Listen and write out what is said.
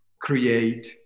create